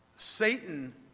Satan